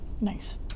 Nice